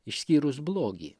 išskyrus blogį